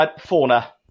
Fauna